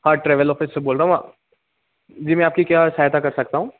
हाँ travel office से बोल रहा हूँ जी मैं आपकी क्या सहायता कर सकता हूँ